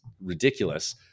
ridiculous